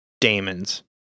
Damon's